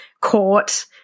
court